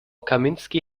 kaminski